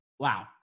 Wow